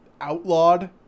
outlawed